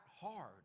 hard